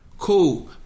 Cool